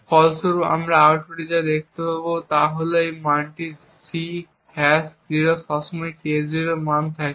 ফলস্বরূপ আমরা আউটপুটে যা দেখতে পাব তা হল এই মানটি হল C হ্যাশ 0 সবসময় K0 এর মান থাকে